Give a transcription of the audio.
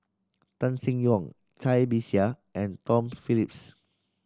Tan Seng Yong Cai Bixia and Tom Phillips